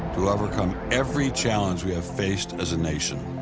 to overcome every challenge we have faced as a nation.